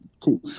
Cool